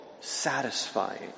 satisfying